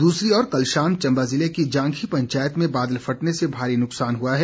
दूसरी ओर कल शाम चंबा जिले की जांधी पंचायत में बादल फटने से भारी नुकसान हुआ है